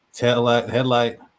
headlight